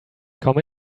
come